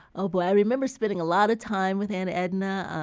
oh boy, i remember spending a lot of time with aunt edna.